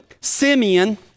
Simeon